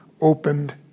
opened